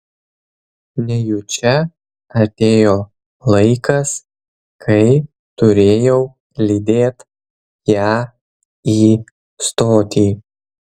nejučia atėjo laikas kai turėjau lydėt ją į stotį